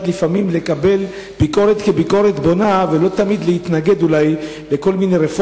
לקבל ביקורת כביקורת בונה ולא תמיד להתנגד לרפורמות